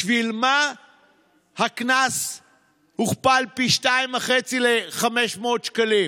בשביל מה הקנס הוכפל פי 2.5, ל-500 שקלים?